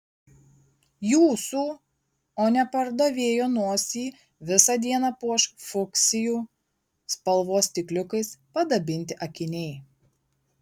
jūsų o ne pardavėjo nosį visą dieną puoš fuksijų spalvos stikliukais padabinti akiniai